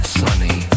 sunny